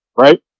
right